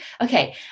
okay